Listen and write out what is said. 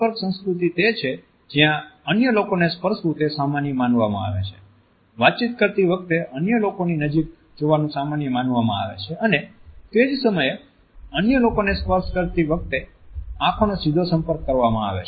સંપર્ક સંસ્કૃતિ તે છે જ્યાં અન્ય લોકોને સ્પર્શવું તે સામાન્ય માનવામાં આવે છે વાતચીત કરતી વખતે અન્ય લોકોની નજીક જવાનું સામાન્ય માનવામાં આવે છે અને તે જ સમયે અન્ય લોકોને સ્પર્શ કરતી વખતે આંખોનો સીધો સંપર્ક કરવામાં આવે છે